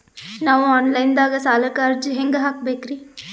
ನಾವು online ದಾಗ ಸಾಲಕ್ಕ ಅರ್ಜಿ ಹೆಂಗ ಹಾಕಬೇಕ್ರಿ?